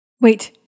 Wait